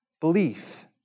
belief